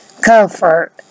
comfort